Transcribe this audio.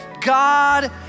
God